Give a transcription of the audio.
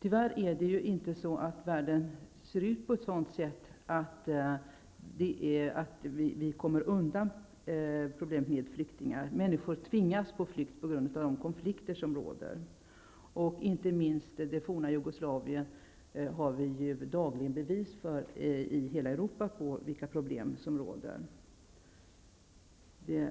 Tyvärr ser världen inte ut på ett sådant sätt att vi kommer undan problemet med flyktingar. Människor tvingas på flykt på grund av de konflikter som råder. Inte minst när det gäller det forna Jugoslavien får man ju i hela Europa dagligen bevis på vilka problem som råder. Men